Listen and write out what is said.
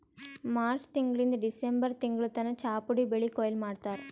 March ತಿಂಗಳಿಂದ್ December ತಿಂಗಳ್ ತನ ಚಾಪುಡಿ ಬೆಳಿ ಕೊಯ್ಲಿ ಮಾಡ್ತಾರ್